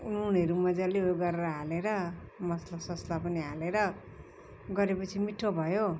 नुनहरू मज्जाले उयो गरेर हालेर मसला ससला पनि हालेर गरे पछि मिठो भयो